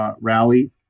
rally